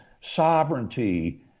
sovereignty